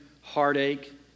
heartache